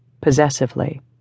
possessively